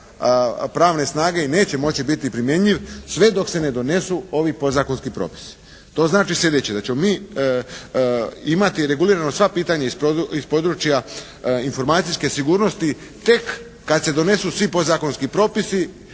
pravne snage i neće moći biti primjenjiv sve dok se ne donesu ovi podzakonski propisi. To znači slijedeće, da ćemo mi imati regulirano sva pitanja iz područja informacijske sigurnosti tek kad se donesu svi podzakonski propisi